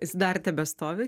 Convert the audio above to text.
jis dar tebestovi